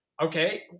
okay